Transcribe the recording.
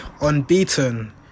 unbeaten